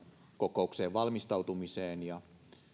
kokoukseen valmistautumiseksi ja